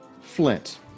Flint